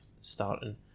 starting